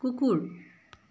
কুকুৰ